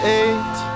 eight